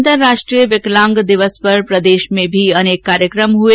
अंतरराष्ट्रीय विकलांग दिवस पर प्रदेश में भी अनेक कार्यक्रम हुए